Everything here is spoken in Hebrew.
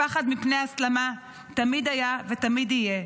הפחד מפני הסלמה תמיד היה ותמיד יהיה,